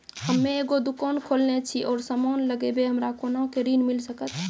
हम्मे एगो दुकान खोलने छी और समान लगैबै हमरा कोना के ऋण मिल सकत?